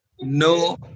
No